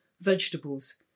vegetables